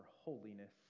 holiness